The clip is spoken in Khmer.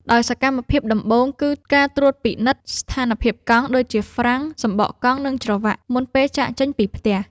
ដោយសកម្មភាពដំបូង គឺការត្រួតពិនិត្យស្ថានភាពកង់ ដូចជាហ្វ្រាំង សំបកកង់ និងច្រវ៉ាក់ មុនពេលចាកចេញពីផ្ទះ។